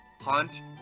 hunt